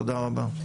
תודה רבה.